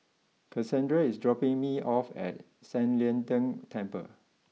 Cassandra is dropping me off at San Lian Deng Temple